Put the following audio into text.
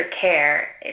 care